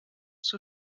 zur